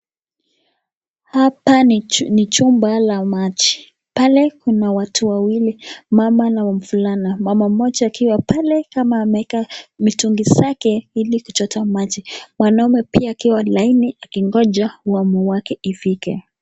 Hapa ni jumba la maji. Pale kuna watu wawili, mama na mvulana. Mama moja akiwa pale kama ameweka mitungi zake ili kuchota maji. Mwanaume pia akiwa laini akingoja awamu wake ifike.